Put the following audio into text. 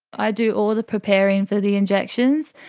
i do all the preparing for the injections.